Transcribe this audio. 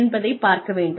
என்பதை பார்க்க வேண்டும்